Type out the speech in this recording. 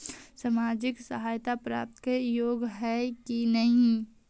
सामाजिक सहायता प्राप्त के योग्य हई कि नहीं?